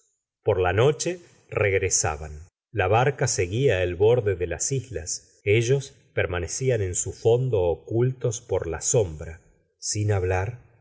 por la noche regresaban la barca seguía el bor de de las islas ellos permanecían en su fondo ocul tos por la sombra sin hablar